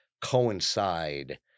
coincide